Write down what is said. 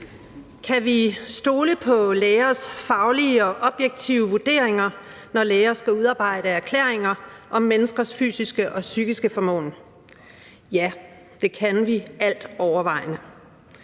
Kan vi stole på lægers faglige og objektive vurderinger, når læger skal udarbejde erklæringer om menneskers fysiske og psykiske formåen? Ja, det kan vi altovervejende.